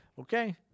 Okay